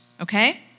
okay